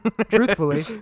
truthfully